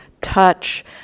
touch